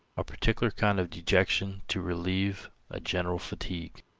a particular kind of dejection to relieve a general fatigue.